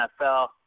NFL